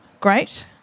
great